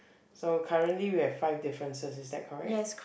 so currently we have five differences is that correct